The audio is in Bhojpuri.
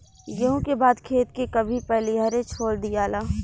गेंहू के बाद खेत के कभी पलिहरे छोड़ दियाला